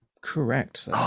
Correct